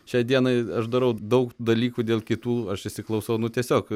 šiai dienai aš darau daug dalykų dėl kitų aš įsiklausau nu tiesiog